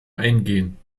eingehen